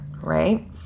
right